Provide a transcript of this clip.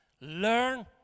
learn